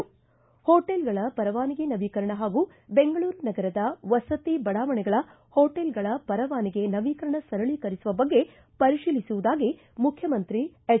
ಹೋಟೆಲ್ಗಳ ಪರವಾನಗಿ ನವೀಕರಣ ಹಾಗೂ ಬೆಂಗಳೂರು ನಗರದ ವಸತಿ ಬಡಾವಣೆಗಳ ಹೋಟೆಲ್ಗಳ ಪರವಾನಗಿ ನವೀಕರಣ ಸರಳೀಕರಿಸುವ ಬಗ್ಗೆ ಪರಿಶೀಲಿಸುವುದಾಗಿ ಮುಖ್ಯಮಂತ್ರಿ ಎಚ್